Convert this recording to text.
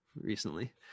recently